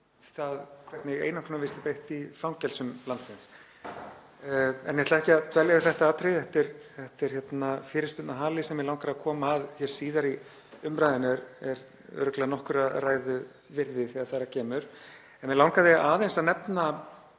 það hvernig einangrunarvist er beitt í fangelsum landsins. Ég ætla ekki að dvelja við þetta atriði, þetta er fyrirspurnahali sem mig langar að koma að síðar í umræðunni og er örugglega nokkurra ræðna virði þegar þar að kemur. Mig langaði aðeins að nefna,